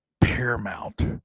paramount